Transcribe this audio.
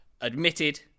admitted